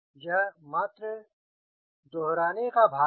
यह मात्र दोहराने का भाग है